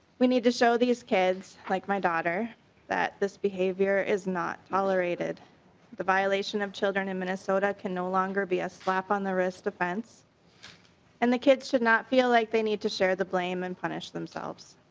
we need to show these kids like my daughter that this behavior is not tolerated violation of children in minnesota can no longer be a slap on the wrist offense and the kids should not feel like they need to share the blame and punish themselves.